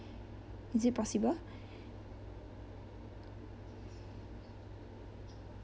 is it possible